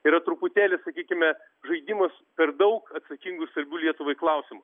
yra truputėlį sakykime žaidimus per daug atsakingu svarbiu lietuvai klausimu